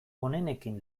onenekin